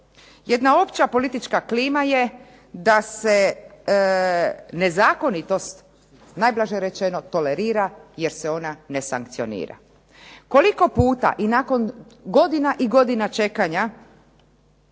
Jedna opća politička klima je da se nezakonitost najblaže tolerira jer se ona ne sankcionira. Koliko puta i nakon godina i godina čekanja